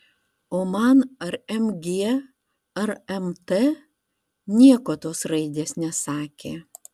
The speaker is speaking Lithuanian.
o man ar mg ar mt nieko tos raidės nesakė